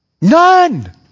None